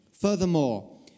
Furthermore